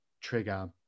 trigger